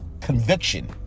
conviction